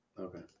okay